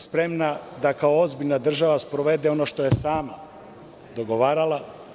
Spremna je da kao ozbiljna država sprovede ono što je sama dogovarala.